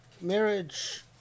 marriage